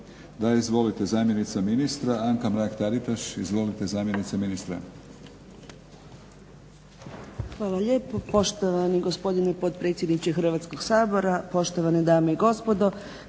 Da izvolite, zamjenica ministara Ana Mrak Taritaš. Izvolite zamjenice ministra.